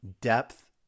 depth